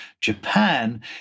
Japan